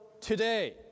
today